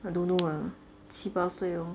I don't know lah 七八岁 lor